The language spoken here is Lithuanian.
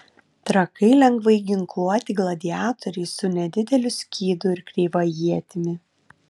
trakai lengvai ginkluoti gladiatoriai su nedideliu skydu ir kreiva ietimi